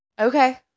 Okay